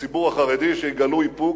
בציבור החרדי שיגלו איפוק,